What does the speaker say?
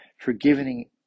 forgiving